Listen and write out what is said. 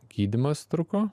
gydymas truko